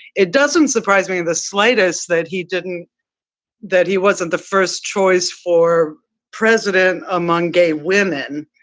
it doesn't surprise me in the slightest that he didn't that he wasn't the first choice for president among gay women.